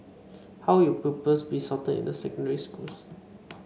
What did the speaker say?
how will pupils be sorted into secondary schools